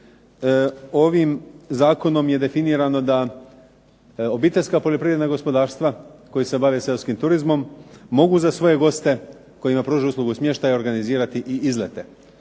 ovim zakonom je definirano da obiteljska poljoprivredna gospodarstva koja se bave seoskim turizmom mogu za svoje goste kojima pružaju uslugu smještaja organizirati i izlete,